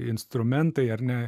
instrumentai ar ne